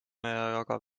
aga